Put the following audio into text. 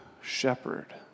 shepherd